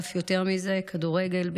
ואף יותר מזה כדורגל,